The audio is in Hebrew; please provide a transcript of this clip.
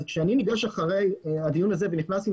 אבל כשאני ניגש אחרי הדיון הזה ונכנס עם